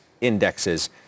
Indexes